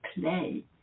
play